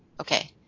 Okay